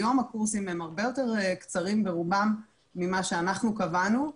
היום הקורסים הרבה יותר קצרים ברובם ממה שאנחנו קבענו.